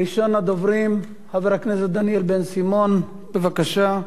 ראשון הדוברים, חבר הכנסת דניאל בן-סימון, בבקשה.